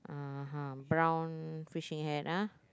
(uh huh) brown fishing hat ah